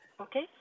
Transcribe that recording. Okay